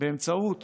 באמצעות